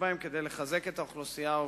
בהם כדי לחזק את האוכלוסייה העובדת,